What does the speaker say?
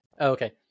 Okay